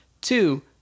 Two